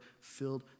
filled